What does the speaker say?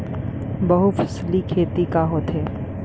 बहुफसली खेती का होथे?